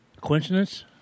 Coincidence